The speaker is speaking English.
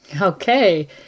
Okay